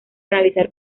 analizar